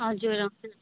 हजुर हजुर